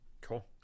cool